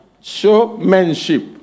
Showmanship